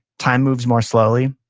time moves more slowly,